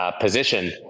position